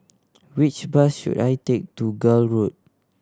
which bus should I take to Gul Road